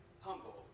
humble